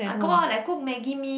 I cook Maggi-Mee